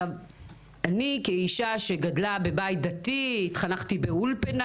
אני, כאישה שגדלה בבית דתי, התחנכתי באולפנה